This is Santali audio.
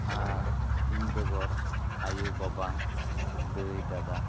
ᱟᱨ ᱤᱧ ᱵᱮᱜᱚᱨ ᱟᱭᱳ ᱵᱟᱵᱟ ᱫᱟᱹᱭ ᱫᱟᱫᱟ